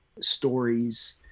stories